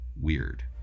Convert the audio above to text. weird